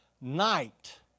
night